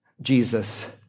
Jesus